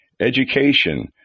Education